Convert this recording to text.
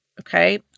okay